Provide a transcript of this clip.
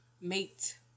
mate